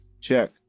check